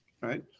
right